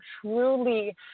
truly